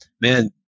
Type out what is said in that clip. man